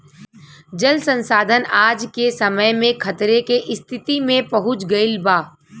जल संसाधन आज के समय में खतरे के स्तिति में पहुँच गइल बा